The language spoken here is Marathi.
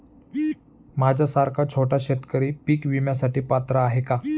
माझ्यासारखा छोटा शेतकरी पीक विम्यासाठी पात्र आहे का?